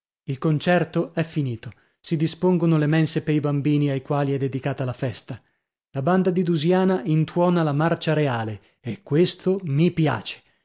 il concerto è finito si dispongono le mense pei bambini ai quali è dedicata la festa la banda di dusiana intuona la marcia reale e questo mi piace